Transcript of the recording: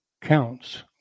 counts